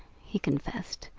he confessed.